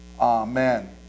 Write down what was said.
Amen